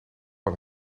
aan